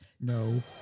No